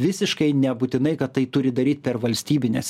visiškai nebūtinai kad tai turi daryt per valstybines